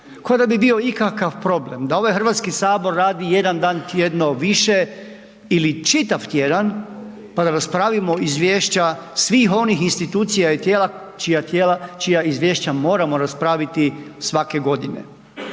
ko da bi bio ikakav problem da ovaj Hrvatski sabor radi jedan dan tjedno više ili čitav tjedan pa da raspravimo izvješća svih onih institucija ili tijela čija tijela, čija izvješća moramo raspraviti svake godine.